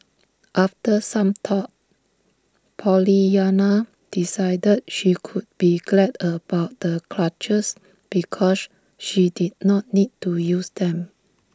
after some thought Pollyanna decided she could be glad about the crutches because she did not need to use them